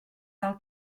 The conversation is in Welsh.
fel